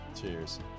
cheers